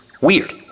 Weird